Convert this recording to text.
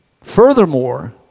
Furthermore